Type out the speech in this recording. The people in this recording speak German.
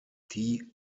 die